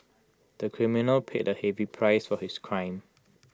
the criminal paid A heavy price for his crime